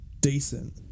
decent